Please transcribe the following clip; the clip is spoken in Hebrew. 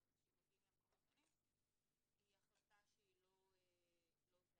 כי אנשים מגיעים למקומות שונים, היא החלטה לא זהה?